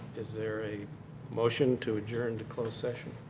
is there a motion to adjourn to close session?